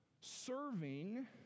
Serving